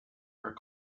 are